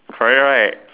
correct right